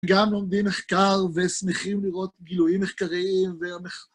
גם לומדים מחקר ושמחים לראות גילויים מחקריים ו...